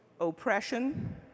oppression